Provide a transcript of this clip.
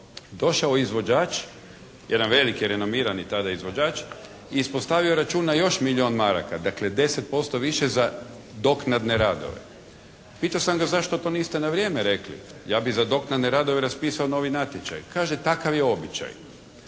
Došao je izvođač, jedan veliki renomirani tada izvođač i ispostavio račun na još milijun maraka, dakle 10% više za doknadne radove. Pitao sam ga zašto to niste na vrijeme rekli, ja bi za doknadne radove raspisao novi natječaj. Kaže takav je običaj.